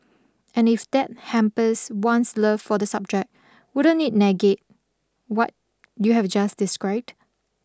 and if that hampers one's love for the subject wouldn't it negate what you have just described